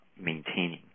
maintaining